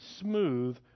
smooth